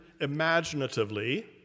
imaginatively